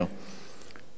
נתנו עדיפות